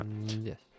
Yes